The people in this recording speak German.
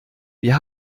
wir